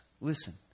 Listen